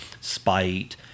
spite